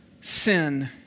sin